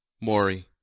Maury